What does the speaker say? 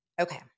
Okay